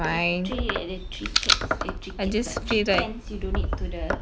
then treat it like the three cats eh three cats pula the three cans you donate to the